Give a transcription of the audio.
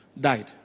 died